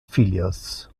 filios